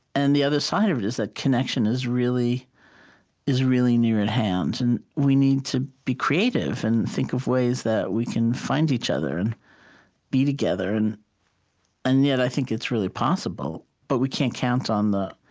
and the other side of it is that connection is really is really near at hand. and we need to be creative and think of ways that we can find each other and be together. and and yet, i think it's really possible, but we can't count on the,